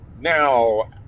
Now